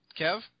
Kev